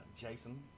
Jason